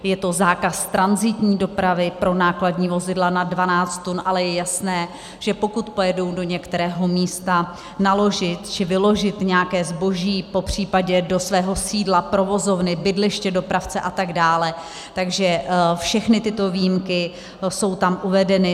Je to zákaz tranzitní dopravy pro nákladní vozidla nad 12 tun, ale je jasné, že pokud pojedou do některého místa naložit či vyložit nějaké zboží, popřípadě do svého sídla provozovny, bydliště dopravce atd., takže všechny tyto výjimky jsou tam uvedeny.